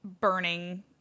burning